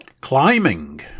climbing